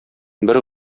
бер